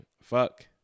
fuck